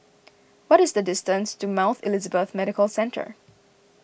what is the distance to Mount Elizabeth Medical Centre